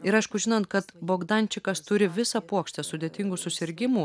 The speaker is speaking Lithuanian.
ir aišku žinant kad bogdančikas turi visą puokštę sudėtingų susirgimų